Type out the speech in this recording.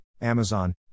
Amazon